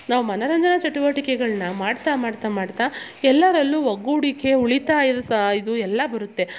ನಾವು ಮನರಂಜನ ಚಟುವಟಿಕೆಗಳನ್ನ ಮಾಡ್ತ ಮಾಡ್ತ ಮಾಡ್ತ ಎಲ್ಲರಲ್ಲು ಒಗ್ಗೂಡಿಕೆ ಉಳಿತಾಯದ ಸ ಇದು ಎಲ್ಲ ಬರುತ್ತೆ